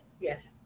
yes